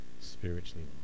spiritually